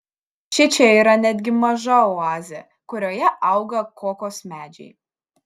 šičia yra netgi maža oazė kurioje auga kokos medžiai